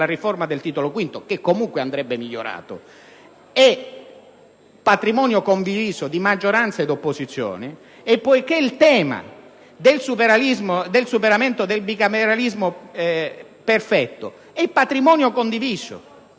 riforma del Titolo V (che comunque andrebbe migliorato), sono patrimonio condiviso della maggioranza e delle opposizioni. Anche il tema del superamento del bicameralismo perfetto è patrimonio condiviso;